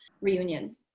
reunion